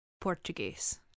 portuguese